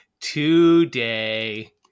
today